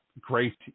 great